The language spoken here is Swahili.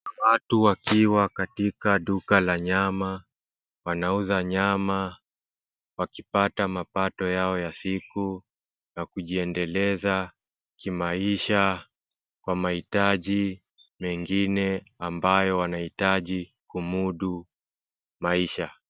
Kuna watu wakiwa katika duka la nyama. Wanauza nyama wakipata mapato yao ya siku na kujiendeleza kimaisha kwa mahitaji mengine ambayo wanahitaji kumudu maisha.